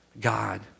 God